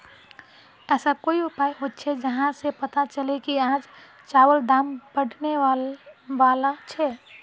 ऐसा कोई उपाय होचे जहा से पता चले की आज चावल दाम बढ़ने बला छे?